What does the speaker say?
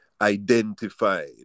identified